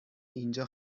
اینجا